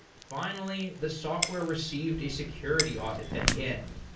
finally, the software received a security audit at the end.